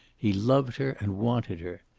he loved her and wanted her.